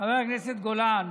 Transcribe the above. חבר הכנסת גולן,